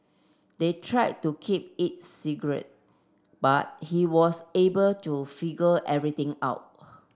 they tried to keep it secret but he was able to figure everything out